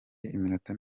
iminota